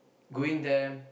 going there